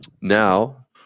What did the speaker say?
Now